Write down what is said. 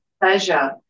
pleasure